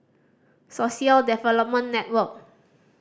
Social Development Network